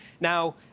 Now